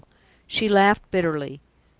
she laughed bitterly.